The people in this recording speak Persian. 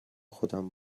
خودم